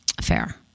fair